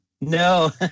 No